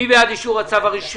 מי בעד אישור הצו?